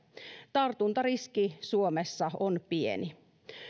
tartuntariski suomessa on pieni